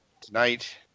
tonight